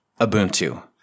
Ubuntu